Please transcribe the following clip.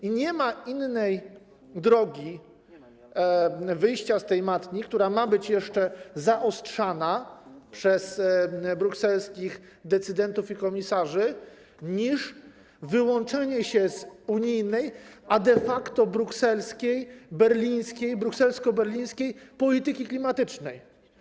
I nie ma innej drogi wyjścia z tej matni, która ma być jeszcze zaostrzana przez brukselskich decydentów i komisarzy, niż wyłączenie się z unijnej, a de facto brukselskiej, berlińskiej, brukselsko-berlińskiej polityki klimatycznej.